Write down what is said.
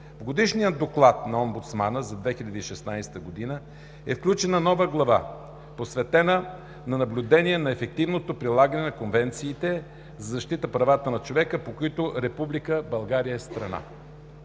В Годишния доклад на омбудсмана за 2016 г. е включена нова глава, посветена на наблюдение на ефективното прилагане на конвенциите за защита правата на човека, по които Република България е страна.